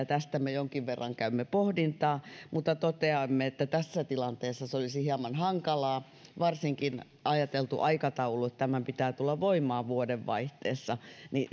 tästä me jonkin verran käymme pohdintaa mutta toteamme että tässä tilanteessa olisi hieman hankalaa varsinkin ajatellussa aikataulussa että tämän pitää tulla voimaan vuodenvaihteessa